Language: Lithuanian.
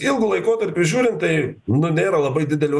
ilgu laikotarpiu žiūrint tai nu nėra labai didelio